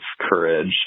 courage